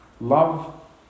Love